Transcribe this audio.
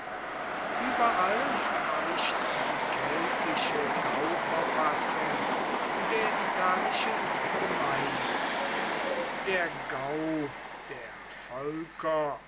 überall weicht die keltische gauverfassung der italischen gemeinde der gau der volker